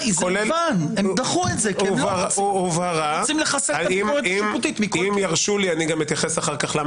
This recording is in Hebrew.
אתה רוצה לשמוע את עמדת הממשלה, תתקשר בטלפון